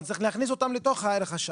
אז צריך להכניס אותן לתוך ערך השעה.